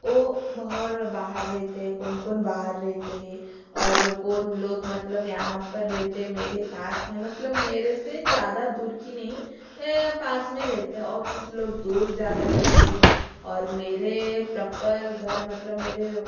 वो बाहर बाहर रहते है कौन कौन बाहर रहते है और कौन लोग मतलब यहाँ पर रहते है मेरे पास में मतलब मेरे से ज़्यादा दूर की नहीं पास में रहते है और कुछ लोग दूर ज़्यादा रहते है और मेरे प्रपर घर मतलब मेरे